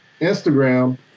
Instagram